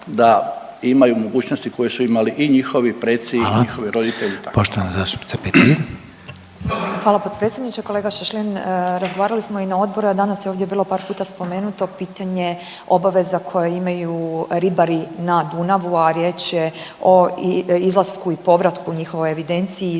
da imaju mogućnosti koje su imali i njihovi preci i njihovi roditelji. **Reiner, Željko (HDZ)** Hvala. Poštovana zastupnica Petir. **Petir, Marijana (Nezavisni)** Hvala potpredsjedniče. Kolega Šašlin, razgovarali smo i na odboru, a danas je ovdje bilo par puta spomenuto pitanje obaveza koje imaju ribari na Dunavu, a riječ je o izlasku i povratku u njihovoj evidenciji i